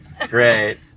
great